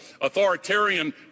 authoritarian